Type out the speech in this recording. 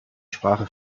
sprache